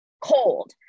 cold